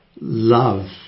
love